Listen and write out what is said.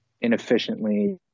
inefficiently